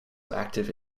active